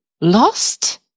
Lost